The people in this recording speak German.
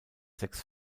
sechs